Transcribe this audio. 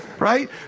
Right